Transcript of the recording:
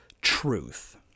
truth